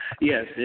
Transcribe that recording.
Yes